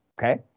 Okay